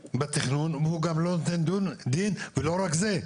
בתכנון והוא גם לא נותן את הדין ולא רק זה,